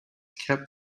kept